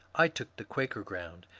i took the quaker ground,